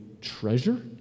treasure